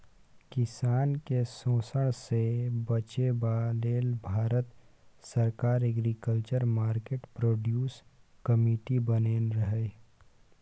किसान केँ शोषणसँ बचेबा लेल भारत सरकार एग्रीकल्चर मार्केट प्रोड्यूस कमिटी बनेने रहय